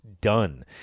done